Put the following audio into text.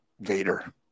Vader